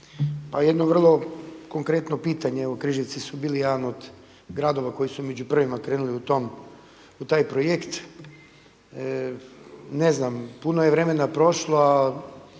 Pa jedno vrlo konkretno pitanje, Križevci su bili jedan od gradova koji su među prvima krenuli u taj projekt, ne znam puno je vremena prošlo,